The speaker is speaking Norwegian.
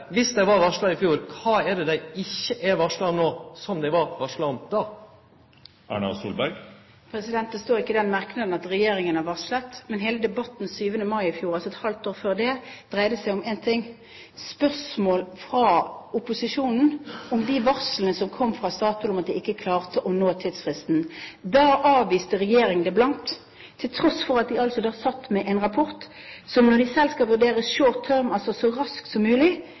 varsla i fjor, kva er det dei ikkje er varsla om no som dei var varsla om då? Det står ikke i den merknaden at regjeringen har varslet. Hele debatten 7. mai i fjor – et halvt år før det – dreide seg om én ting: Spørsmål fra opposisjonen om de varslene som kom fra Statoil om at man ikke klarte å holde tidsfristen. Da avviste regjeringen det blankt til tross for at den altså satt med en rapport. Når den selv skal vurdere «short term», altså så raskt som mulig,